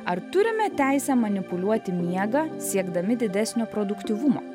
ar turime teisę manipuliuoti miegą siekdami didesnio produktyvumo